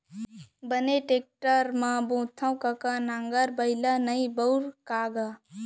बने टेक्टर म बोथँव कका नांगर बइला नइ बउरस का गा?